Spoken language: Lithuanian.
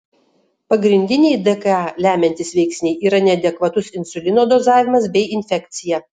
pagrindiniai dka lemiantys veiksniai yra neadekvatus insulino dozavimas bei infekcija